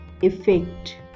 effect